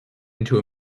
into